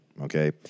okay